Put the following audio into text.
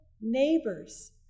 neighbors